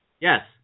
Yes